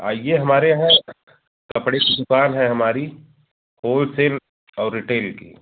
आइए हमारे यहाँ कपड़े की दुकान है हमारी होलसेल और रिटेल की